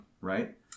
Right